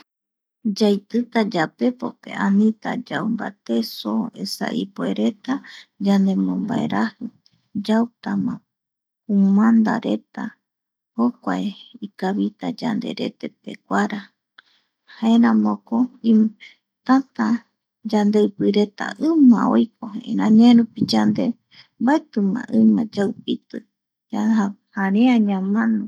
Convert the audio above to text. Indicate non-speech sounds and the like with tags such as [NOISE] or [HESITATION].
Yaitita yapepope anita yau mbate soo esa ipuereta yandembombaeraji, yauta ma [HESITATION] kumanda reta jokua ikavita yanderete peguara jaeramoko tätä yandeipireta íma oiko añaerupi rupi yande mbaeti ima yaupiti [UNINTELLIGIBLE] jarea ñamano.